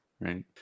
right